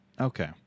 Okay